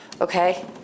okay